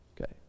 Okay